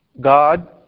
God